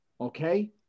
okay